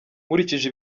nkurikije